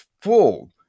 full